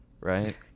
right